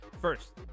First